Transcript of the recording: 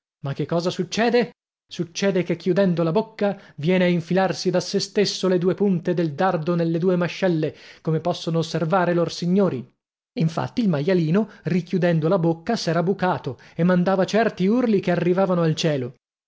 ma che cosa succede succede che chiudendo la bocca viene a infilarsi da sé stesso le due punte del dardo nelle due mascelle come possono osservare lor signori infatti il maialino richiudendo la bocca s'era bucato e mandava certi urli che arrivavano al cielo